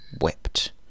wept